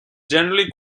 generally